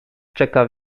czeka